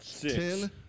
ten